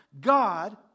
God